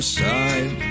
side